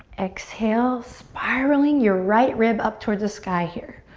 exhale, spiraling your right rib up towards the sky here.